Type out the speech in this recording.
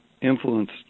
influenced